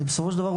בסופו של דבר,